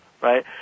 right